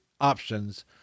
options